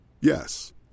Yes